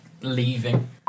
leaving